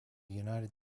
united